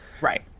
Right